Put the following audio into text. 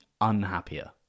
unhappier